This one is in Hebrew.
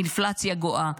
אינפלציה גואה,